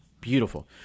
beautiful